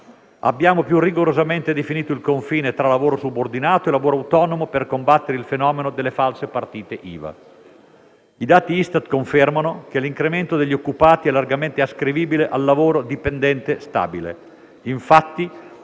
Abbiamo più rigorosamente definito il confine tra lavoro subordinato e lavoro autonomo per combattere il fenomeno delle false partite IVA. I dati ISTAT confermano che l'incremento degli occupati è largamente ascrivibile al lavoro dipendente stabile. Infatti,